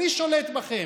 אני שולט בכם.